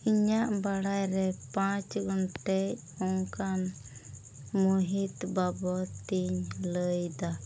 ᱤᱧᱟᱹᱜ ᱵᱟᱲᱟᱭ ᱨᱮ ᱯᱟᱸᱪ ᱜᱚᱴᱮᱡ ᱚᱱᱠᱟᱱ ᱢᱩᱦᱤᱛ ᱵᱟᱵᱚᱫᱤᱧ ᱞᱟᱹᱭᱮᱫᱟ